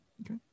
Okay